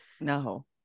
No